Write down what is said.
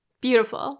beautiful